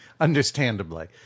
understandably